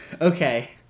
okay